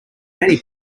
many